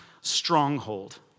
stronghold